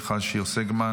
מיכל שיר סגמן,